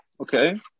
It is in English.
okay